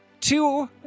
two